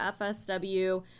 FSW